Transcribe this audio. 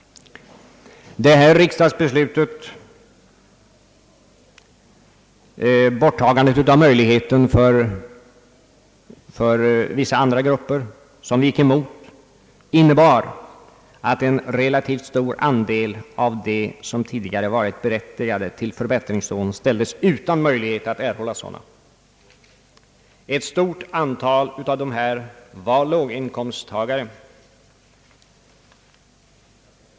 Detta riksdagsbeslut, som vi gick emot, innebar att en relativt stor andel av dem som tidigare varit berättigade till förbättringslån ställdes utan möjlighet att erhålla sådana. Ett stort antal av dessa var låginkomsttagare. Det handlar alltså om en jämlikhetsfråga med stark social bakgrund.